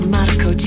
Marco